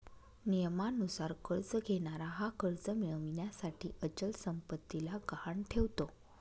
नियमानुसार कर्ज घेणारा हा कर्ज मिळविण्यासाठी अचल संपत्तीला गहाण ठेवतो